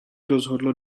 rozhodlo